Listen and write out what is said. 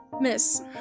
Miss